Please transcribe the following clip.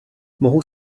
mohu